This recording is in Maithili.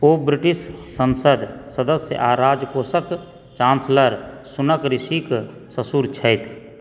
ओ ब्रिटिश संसद सदस्य आ राजकोषक चांसलर सुनक ऋषिक ससुर छथि